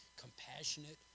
compassionate